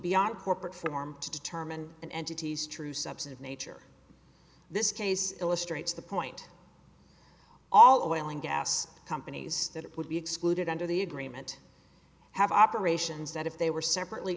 beyond corporate form to determine an entity's true subset of nature this case illustrates the point all oil and gas companies that it would be excluded under the agreement have operations that if they were separately